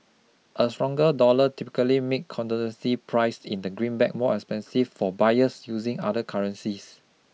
a stronger dollar typically make commodities priced in the greenback more expensive for buyers using other currencies